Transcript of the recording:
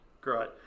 Great